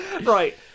right